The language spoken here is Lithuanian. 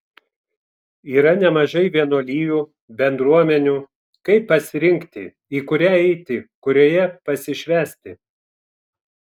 yra nemažai vienuolijų bendruomenių kaip pasirinkti į kurią eiti kurioje pasišvęsti